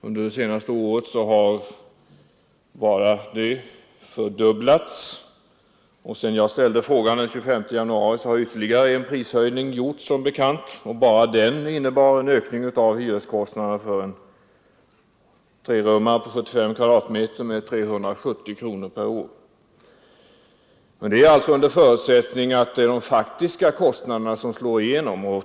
Under det senaste året har priset på eldningsolja fördubblats. Sedan jag ställde frågan den 25 januari har som bekant ytterligare en prishöjning genomförts. Bara den innebär en ökning av hyreskostnaderna för en trerummare på 75 m? med ca 370 kronor per år. Men det gäller under förutsättning att det är de faktiska kostnaderna som slår igenom.